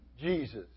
Jesus